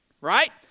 Right